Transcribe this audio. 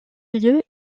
lieu